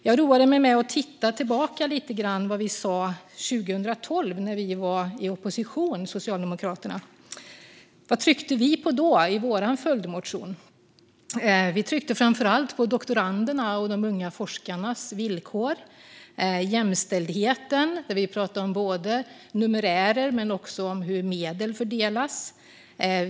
Jag roade mig med att titta tillbaka lite grann på vad vi sa 2012, när vi socialdemokrater var i opposition. Vad tryckte vi på då i vår följdmotion? Vi tryckte framför allt på doktorandernas och de unga forskarnas villkor och jämställdheten. Vi tog upp numerärer men också hur medel fördelas.